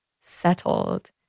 settled